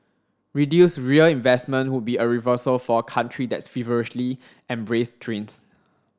reduced rail investment would be a reversal for a country that's feverishly embraced trains